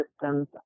systems